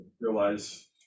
realize